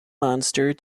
monster